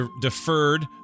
deferred